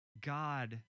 God